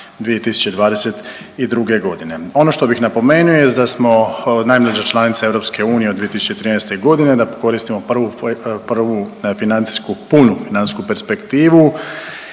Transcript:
2022. godine. Ono što bih napomenuo jest da smo najmlađa članica EU od 2013. godine, da koristimo prvu financijsku, punu financijsku perspektivu